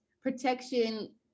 protection